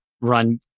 run